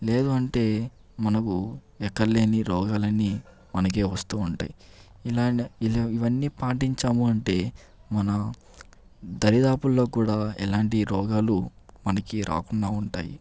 లేదంటే మనకు ఎక్కడ లేని రోగాలన్నీ మనకే వస్తూ ఉంటాయి ఇలానే ఇవన్నీ పాటించాము అంటే మన దరిదాపుల్లో కూడా ఎలాంటి రోగాలు మనికి రాకుండా ఉంటాయి